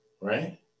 right